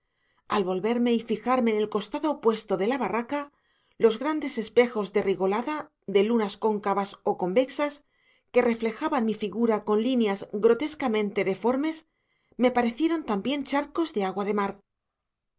al volverme y fijarme en el costado opuesto de la barraca los grandes espejos de rigolada de lunas cóncavas o convexas que reflejaban mi figura con líneas grotescamente deformes me parecieron también charcos de agua de mar